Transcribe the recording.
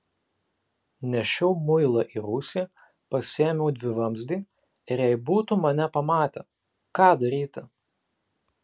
nešiau muilą į rūsį pasiėmiau dvivamzdį ir jei būtų mane pamatę ką daryti